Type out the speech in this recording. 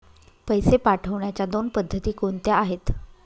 पैसे पाठवण्याच्या दोन पद्धती कोणत्या आहेत?